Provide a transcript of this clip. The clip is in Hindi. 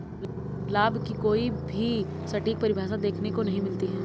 लाभ की कोई भी सटीक परिभाषा देखने को नहीं मिलती है